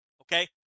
okay